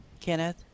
kenneth